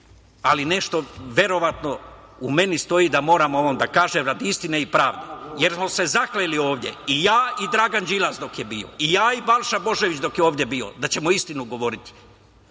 ali nešto verovatno u meni stoji da moram ovo da kažem, radi istine i pravde. Zakleli smo se ovde i ja i Dragan Đilas dok je bio ovde, ja i Balša Božović dok je ovde bio, da ćemo istinu govoriti.